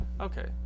Okay